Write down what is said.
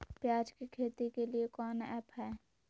प्याज के खेती के लिए कौन ऐप हाय?